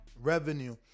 revenue